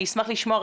אני אשמח לשמוע,